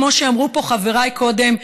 כמו שאמרו פה חבריי קודם,